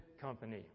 company